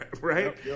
right